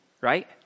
right